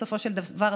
בסופו של דבר,